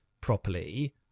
properly